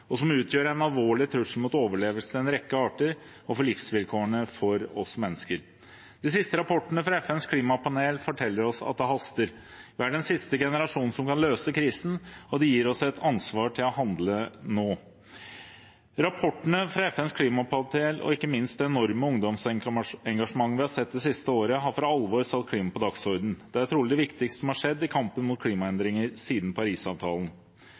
og som utgjør en alvorlig trussel mot overlevelsen til en rekke arter og for livsvilkårene for oss mennesker. De siste rapportene fra FNs klimapanel forteller oss at det haster. Vi er den siste generasjonen som kan løse krisen. Det gir oss et ansvar til å handle nå. Rapportene fra FNs klimapanel og ikke minst det enorme ungdomsengasjementet vi har sett det siste året, har for alvor satt klima på dagsordenen. Det er trolig det viktigste som har skjedd i kampen mot klimaendringer siden Parisavtalen.